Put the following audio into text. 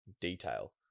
detail